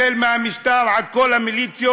החל מהמשטר עד כל המיליציות,